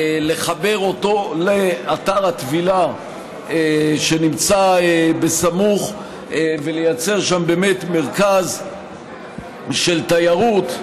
לחבר אותו לאתר הטבילה שנמצא בסמוך ולייצר שם מרכז של תיירות,